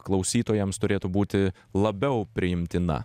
klausytojams turėtų būti labiau priimtina